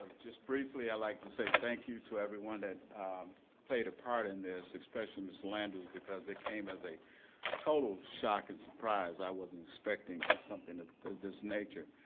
just briefly, i'd like to say thank you to everyone that played a part in this, especially ms. lander, because it came as a total shock and surprise. i wasn't expecting something of this nature.